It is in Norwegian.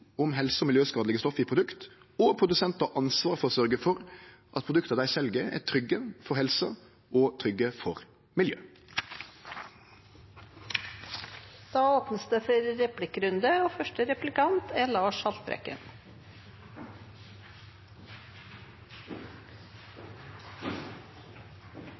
om helse- og miljøskadelege stoff i produkt, og produsentar har ansvar for å sørgje for at produkta dei sel, er trygge for helsa og for